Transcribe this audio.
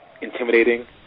intimidating